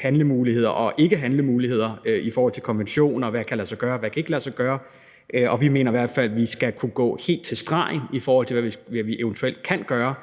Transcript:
handlemuligheder og nogle, som ikke er handlemuligheder i forhold til konventioner, og hvad der kan lade sig gøre og ikke kan lade sig gøre, og vi mener i hvert fald, at vi skal kunne gå helt til stregen, i forhold til hvad vi eventuelt kan gøre